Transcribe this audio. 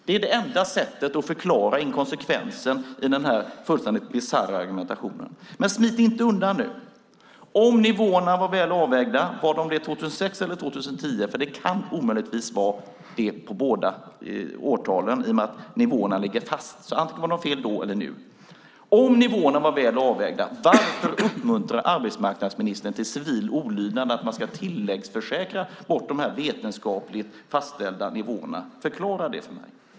Det är det enda sättet att förklara inkonsekvensen i den här fullständigt bisarra argumentationen. Smit inte undan nu. Om nivåerna var väl avvägda, var de det 2006 eller 2010? Det kan omöjligtvis vara så för båda årtalen i och med att nivåerna ligger fast. Antingen var de fel då eller nu. Om nivåerna var väl avvägda, varför uppmuntrar arbetsmarknadsministern till civil olydnad, att man ska tilläggsförsäkra bort de vetenskapligt fastställda nivåerna? Förklara det för mig.